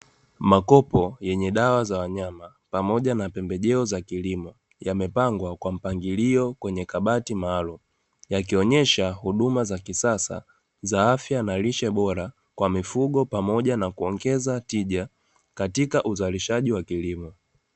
Makopo yenye dawa za wanyama, pamoja na pembejeo za kilimo, yamepangwa kwa mpangilio kwenye kabati maalumu, yakionyesha huduma za kisasa za afya na lishe bora, kwa mifugo pamoja na kuongeza tija, katika uzalishaji wa kilimo.